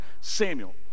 Samuel